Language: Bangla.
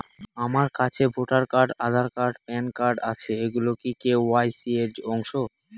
আমার কাছে voter card Aadhaar card PAN card আছে এগুলো কি কে.ওয়াই.সি র অংশ?